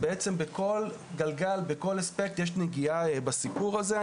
בכל גלגל ובכל אספקט יש נגיעה בסיפור הזה.